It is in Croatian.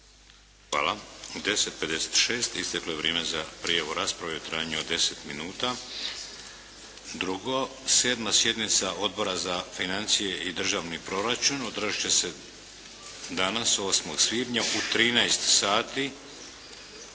Hvala. U 10,56 isteklo je vrijeme za prijavu rasprave u trajanju od 10 minuta. Drugo, 7. sjednica Odbora za financije i državni proračun održati će se danas, 8. svibnja u 13,00 sati